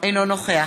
אינו נוכח